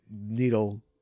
needle